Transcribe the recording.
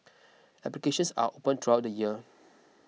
applications are open throughout the year